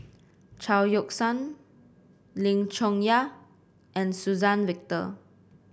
Chao Yoke San Lim Chong Yah and Suzann Victor